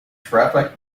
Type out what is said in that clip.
traffic